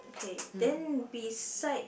okay then beside they